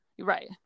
right